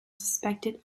suspected